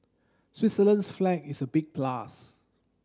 Switzerland's flag is a big plus